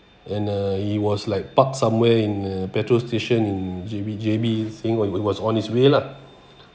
and uh he was like parked somewhere in a petrol station in J_B J_B saying what he was on his way lah